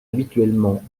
habituellement